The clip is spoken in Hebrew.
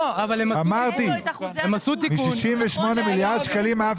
עם 68 מיליארד שקלים תקציב משרד הביטחון